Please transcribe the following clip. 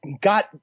got